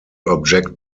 object